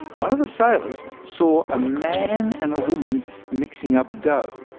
one of the sailors saw a man and woman mixing up dough.